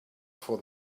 for